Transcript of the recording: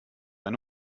eine